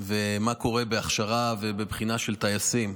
ומה קורה בהכשרה ובבחינה של טייסים.